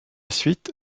suite